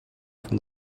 from